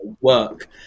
work